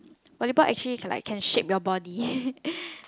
volleyball actually can like actually shape your body